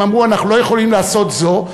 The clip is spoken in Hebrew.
והם אמרו: אנחנו לא יכולים לעשות זאת,